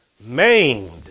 maimed